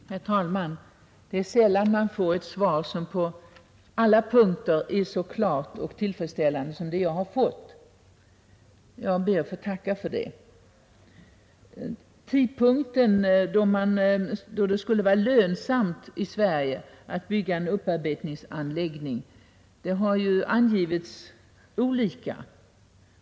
Herr talman! Det är sällan man får ett svar som på alla punkter är så klart och tillfredsställande som det jag nu fått. Jag ber att få tacka för det. Tidpunkten då det skulle vara lönsamt att i Sverige bygga en upparbetningsanläggning har ju angivits olika.